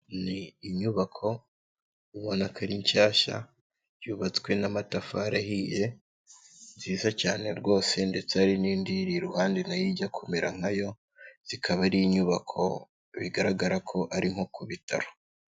Ni inyubako ubona ko ari shyashya yubatswe n'amatafari ahiye, nziza cyane rwose ndetse hari n'indi iyiri iruhande na yo ijya kumera nkayo. Zikaba ari inyubako bigaragara ko ari nko ku Bitaro.